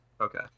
Okay